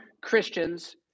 Christians